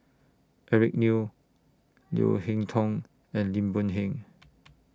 Eric Neo Leo Hee Tong and Lim Boon Heng